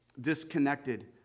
disconnected